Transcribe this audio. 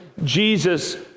Jesus